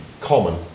common